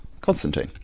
Constantine